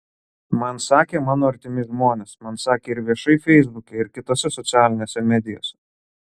man sakė mano artimi žmonės man sakė ir viešai feisbuke ir kitose socialinėse medijose